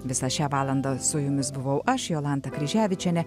visą šią valandą su jumis buvau aš jolanta kryževičienė